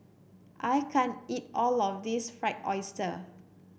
I can't eat all of this Fried Oyster